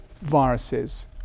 viruses